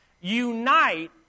Unite